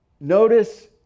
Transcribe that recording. Notice